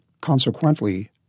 Consequently